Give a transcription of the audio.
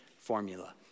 formula